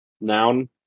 Noun